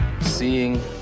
Seeing